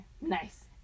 Nice